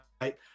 right